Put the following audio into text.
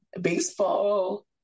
baseball